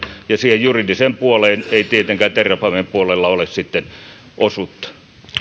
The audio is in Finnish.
ja siihen juridiseen puoleen ei tietenkään terrafamen puolella ole sitten osuutta